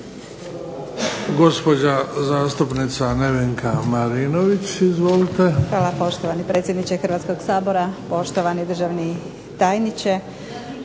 Hvala poštovani predsjedniče Hrvatskog sabora, poštovani državni tajniče.